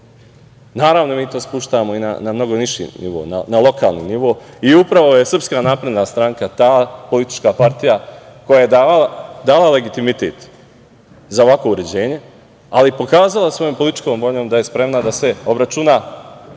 Naravno, mi to spuštamo na niži nivo, na lokalni nivo i upravo je SNS ta politička partija koja je dala legitimitet za ovakvo uređenje, ali pokazala i svojom političkom voljom da je spremna da se obračuna